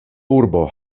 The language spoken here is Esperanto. urbo